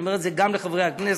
אני אומר את זה גם לחברי הכנסת,